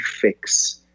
fix